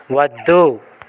వద్దు